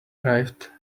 arrived